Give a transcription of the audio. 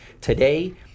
Today